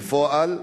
בפועל,